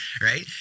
Right